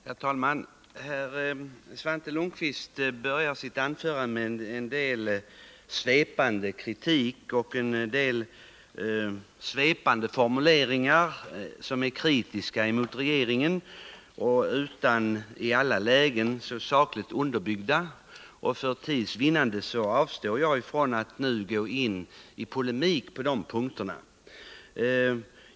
Herr talman! Svante Lundkvist inledde sitt anförande med att i svepande formuleringar kritisera regeringen utan att påståendena i alla lägen var sakligt underbyggda. För tids vinnande avstår jag från att nu gå in i polemik på dessa punkter.